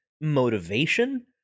motivation